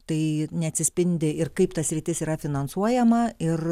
tai neatsispindi ir kaip ta sritis yra finansuojama ir